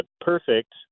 perfect